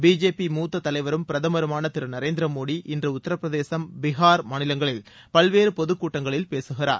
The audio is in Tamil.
பிஜேபி மூத்த தலைவரும் பிரதமருமான திரு நரேந்திர மோடி இன்று உத்தரபிரசேதம் பீகார் மாநிலங்களில் பல்வேறு பொதுக்கூட்டங்களில் பேசுகிறார்